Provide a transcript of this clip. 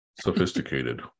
Sophisticated